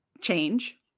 change